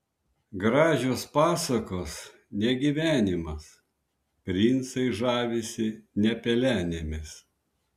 gražios pasakos ne gyvenimas princai žavisi ne pelenėmis